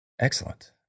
Excellent